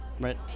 right